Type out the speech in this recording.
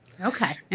Okay